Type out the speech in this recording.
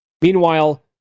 Meanwhile